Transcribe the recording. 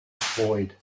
void